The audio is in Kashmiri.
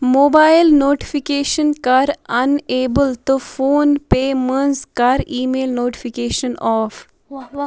موبایِل نوٹفِکیشن کَر اَن ایبٕل تہٕ فون پے منٛز کَر ای میل نوٹفِکیشن آف